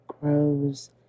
grows